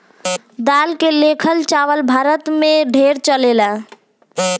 दाल के लेखन चावल भी भारत मे ढेरे चलेला